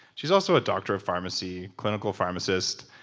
she's also a doctor of pharmacy, clinical pharmacist,